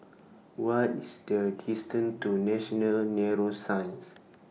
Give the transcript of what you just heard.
What IS The distance to National Neuroscience